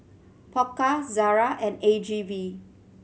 Pokka Zara and A G V